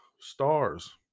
stars